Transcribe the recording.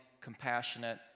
compassionate